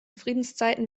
friedenszeiten